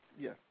yes